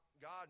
God